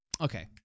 Okay